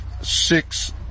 six